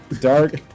Dark